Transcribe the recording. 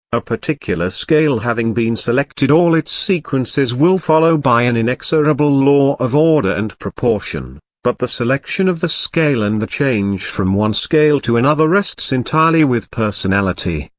a particular scale having been selected all its sequences will follow by an inexorable law of order and proportion but the selection of the scale and the change from one scale to another rests entirely with personality.